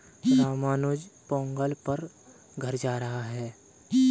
रामानुज पोंगल पर घर जा रहा है